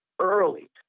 early